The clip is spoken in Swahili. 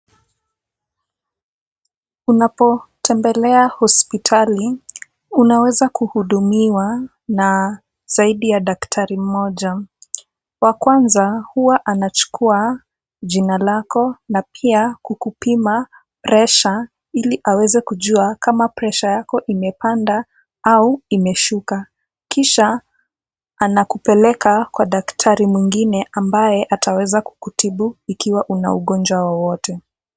Unapotembelea hospitali, unaweza kuhudumiwa na zaidi ya daktari mmoja. Wa kwanza huwa anachukua jina lako na pia kukupima presha, ili aweze kujua kama presha yako imepanda au imeshuka, kisha anakupeleka kwa daktari mwingine ambaye ataweza kukutibu ikiwa una ugonjwa wowote.